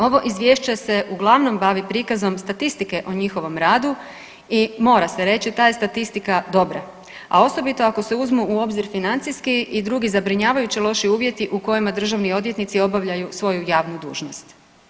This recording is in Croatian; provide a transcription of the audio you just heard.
Ovo izvješće se uglavnom bavi prikazom statistike o njihovom radu i mora se reći ta je statistika dobra, a osobito ako se uzmu u obzir financijski i drugi zabrinjavajuće loši uvjeti u kojima državni odvjetnici obavljaju svoju javnu dužnost.